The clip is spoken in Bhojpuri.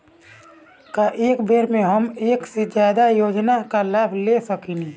का एक बार में हम एक से ज्यादा योजना का लाभ ले सकेनी?